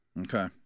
Okay